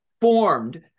formed